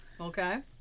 Okay